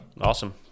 Awesome